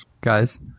Guys